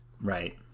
right